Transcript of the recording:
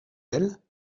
elle